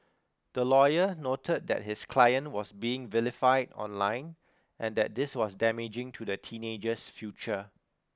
the lawyer noted that his client was being vilified online and that this was damaging to the teenager's future